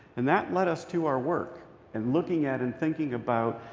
and that led us to our work and looking at and thinking about,